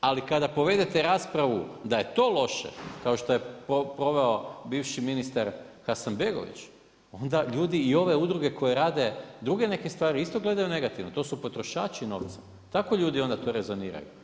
Ali kada povedete raspravu da je to loše kao što je proveo bivši ministar Hasanbegović onda ljudi i ove udruge koje rade druge neke stvari isto gledaju negativno, to su potrošači novca, tako ljudi onda to rezoniraju.